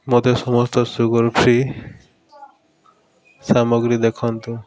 ମୋତେ ସମସ୍ତ sugar free ସାମଗ୍ରୀ ଦେଖାନ୍ତୁ